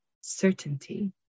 certainty